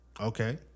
Okay